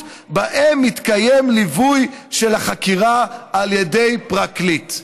שבהם מתקיים ליווי של החקירה על ידי פרקליט.